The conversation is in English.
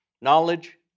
knowledge